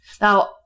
Now